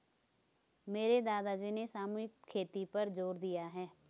मेरे दादाजी ने सामूहिक खेती पर जोर दिया है